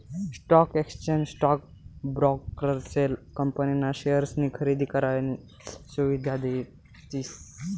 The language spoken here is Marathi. स्टॉक एक्सचेंज स्टॉक ब्रोकरेसले कंपनी ना शेअर्सनी खरेदी करानी सुविधा देतस